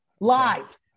live